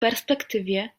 perspektywie